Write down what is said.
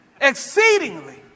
exceedingly